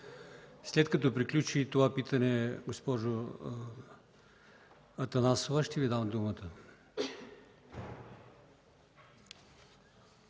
След като приключи и това питане, госпожо Атанасова, ще Ви дам думата.